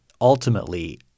ultimately